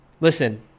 listen